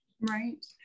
Right